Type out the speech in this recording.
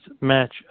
match